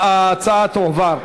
ההצעה תועבר.